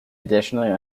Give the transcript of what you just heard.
additionally